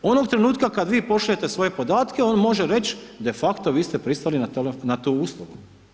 Onog trenutka kad vi pošaljete svoje podatke, on može reći de facto vi ste pristali na tu uslugu.